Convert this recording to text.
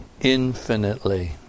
infinitely